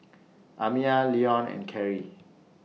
Amiah Leon and Cary